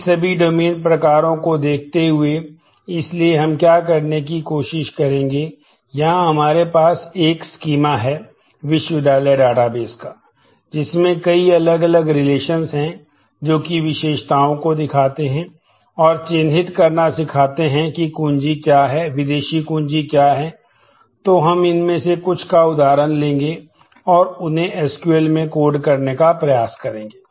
इन सभी डोमेन में कोड करने का प्रयास करेंगे